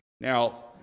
now